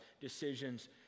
decisions